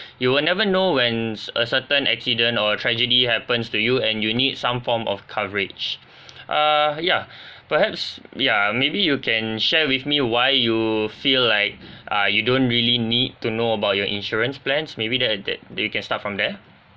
you will never know when's a certain accident or a tragedy happens to you and you need some form of coverage uh yeah perhaps yeah maybe you can share with me why you feel like uh you don't really need to know about your insurance plans maybe that that that you can start from there